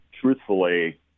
truthfully